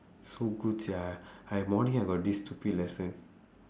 so good sia I morning I got this stupid lesson